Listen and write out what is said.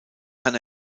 kann